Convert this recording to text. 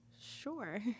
Sure